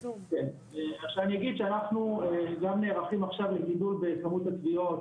אני אגיד שאנחנו גם נערכים עכשיו לגידול בכמות התביעות